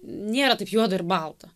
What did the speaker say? nėra taip juoda ir balta